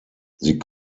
sie